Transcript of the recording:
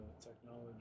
technology